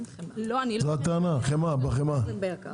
זו הטענה לגבי החמאה?